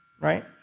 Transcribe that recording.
Right